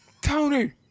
Tony